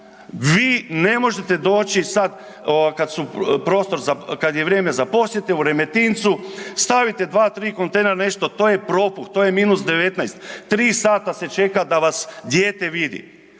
su prostor, kad je vrijeme za posjetu u Remetincu, stavite 2, 3 kontejnera, to je propuh, to je -19, 3 sata se čeka da vas dijete vidi.